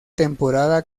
temporada